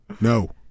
No